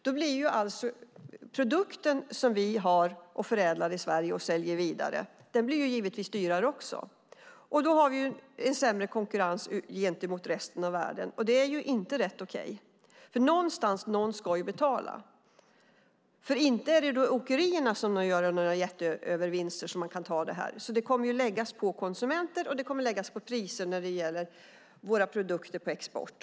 Då blir också produkten som vi har i Sverige, förädlar och säljer givetvis vidare dyrare. Då har vi en sämre konkurrens gentemot resten av världen. Det är inte okej, för någon ska ju betala. Inte är det då åkerierna som gör några jätteövervinster som kan ta det här, utan det kommer att läggas på konsumenter och på priser för våra produkter på export.